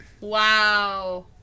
Wow